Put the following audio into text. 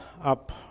up